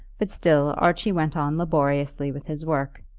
but still archie went on laboriously with his work.